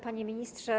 Panie Ministrze!